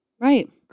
Right